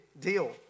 deal